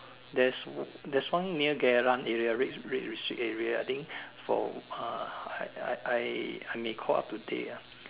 there's there's one near Geylang area red red district area I think for uh I I I I may call up today ah